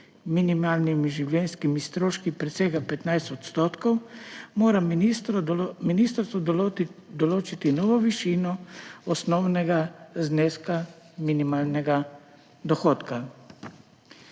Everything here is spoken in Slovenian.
minimalnimi življenjskimi stroški presega 15 %, mora ministrstvo določiti novo višino osnovnega zneska minimalnega dohodka.